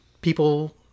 people